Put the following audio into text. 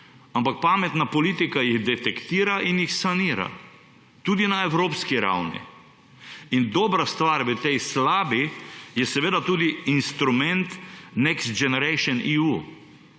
Ampak pametna politika jih detektira in jih sanira. Tudi na evropski ravni. In dobra stvar v tej slabi je seveda tudi instrument Next Generation EU.